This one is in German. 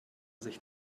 sich